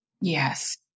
Yes